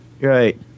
Right